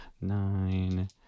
nine